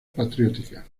patriótica